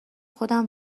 خودم